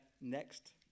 next